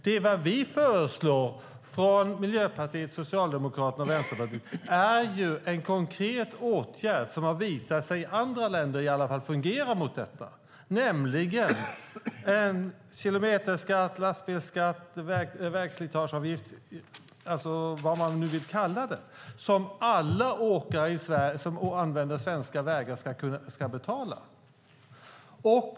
Det vi föreslår från Miljöpartiet, Socialdemokraterna och Vänsterpartiet är ju en konkret åtgärd som i alla fall har visat sig fungera i andra länder när det gäller detta, nämligen en kilometerskatt, lastbilsskatt, vägslitageavgift eller vad man nu vill kalla det som alla åkare som använder svenska vägar ska betala.